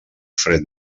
fred